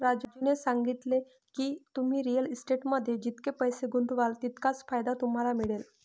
राजूने सांगितले की, तुम्ही रिअल इस्टेटमध्ये जितके पैसे गुंतवाल तितका फायदा तुम्हाला मिळेल